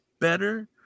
better